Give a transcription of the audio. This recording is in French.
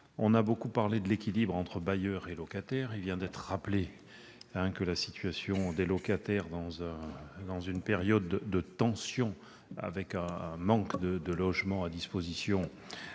Il a beaucoup été question de l'équilibre entre bailleurs et locataires. Il vient d'être rappelé la situation des locataires, dans cette période de tension, avec un manque réel de logements à disposition.